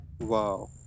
Wow